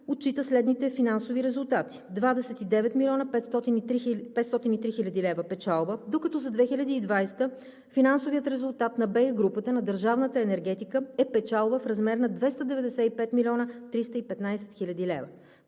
отчита следните финансови резултати: 29 млн. 503 хил. лв. печалба, докато за 2020 г. финансовият резултат на БЕХ групата на държавната енергетика е печалба в размер на 295 млн. 315 хил. лв.